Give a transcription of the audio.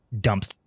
dumps